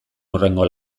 hurrengo